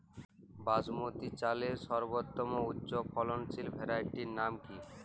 বাসমতী চালের সর্বোত্তম উচ্চ ফলনশীল ভ্যারাইটির নাম কি?